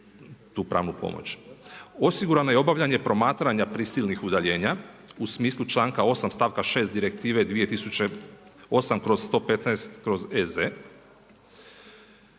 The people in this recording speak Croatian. tu pravnu pomoć. Osigurano je obavljanje promatranja prisilnih udaljenja, u smislu članka 8. stavka 6. Direktive 2008/115/EZ.